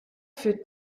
für